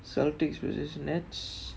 celtics versus nets